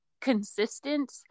consistent